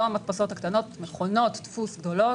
לא המדפסות הקטנות אלא מכונות הדפוס הגדולות.